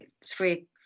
three